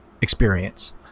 experience